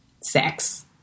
Sex